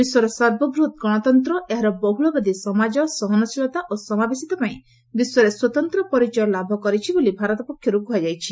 ବିଶ୍ୱର ସର୍ବବୃହତ୍ ଗଣତନ୍ତ୍ର ଏହାର ବହ୍ରଳବାଦୀ ସମାଜ ସହନଶୀଳତା ଓ ସମାବେଶିତା ପାଇଁ ବିଶ୍ୱରେ ସ୍ୱତନ୍ତ ପରିଚୟ ଲାଭ କରିଛି ବୋଲି ଭାରତ ପକ୍ଷରୁ କୁହାଯାଇଛି